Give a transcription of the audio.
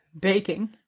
Baking